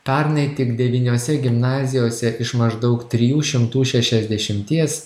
pernai tik devyniose gimnazijose iš maždaug trijų šimtų šešiasdešimties